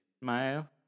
smile